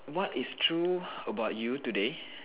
what is true about you today